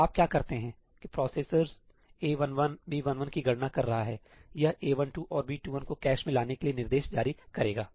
तो आप क्या करते हैं कि प्रोसेसर A11 B11 की गणना कर रहा है यह A12 और B21 को कैश में लाने के निर्देश जारी करेगा